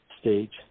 stage